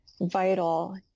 vital